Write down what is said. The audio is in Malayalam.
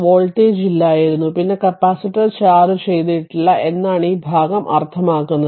വോൾട്ടേജ് ഇല്ലായിരുന്നു പിന്നെ കപ്പാസിറ്റർ ചാർജ് ചെയ്തിട്ടില്ല എന്നാണ് ഈ ഭാഗം അർത്ഥമാക്കുന്നത്